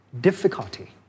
difficulty